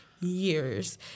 Years